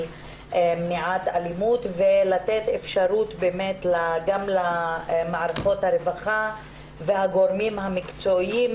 מניעת אלימות ולתת אפשרות גם למערכות הרווחה והגורמים המקצועיים